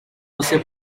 você